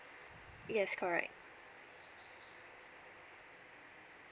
yes correct